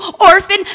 orphan